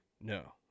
No